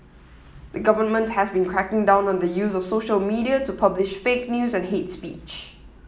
the government has been cracking down on the use of social media to publish fake news and hate speech